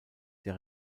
der